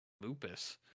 lupus